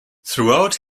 throughout